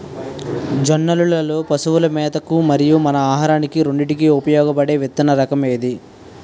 జొన్నలు లో పశువుల మేత కి మరియు మన ఆహారానికి రెండింటికి ఉపయోగపడే విత్తన రకం ఏది?